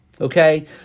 okay